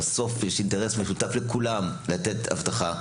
בסוף יש אינטרס משותף לכולם לתת אבטחה,